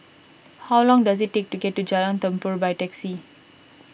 how long does it take to get to Jalan Tambur by taxi